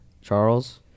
Charles